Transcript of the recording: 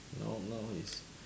now now is